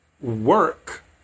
Work